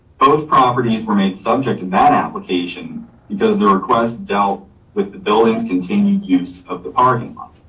both properties were made subject to that application because their requests dealt with the buildings continued use of the parking lot.